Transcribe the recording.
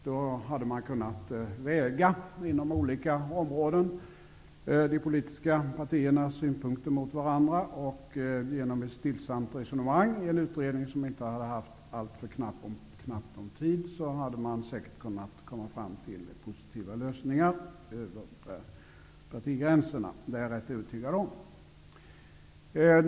Då hade man inom olika områden kunnat väga de politiska partiernas synpunkter mot varandra. Genom ett stillsamt resonemang i en utredning, som inte hade haft alltför knappt om tid, hade man säkert kunna komma fram till positiva lösningar över partigränserna. Det är jag rätt övertygad om.